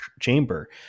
chamber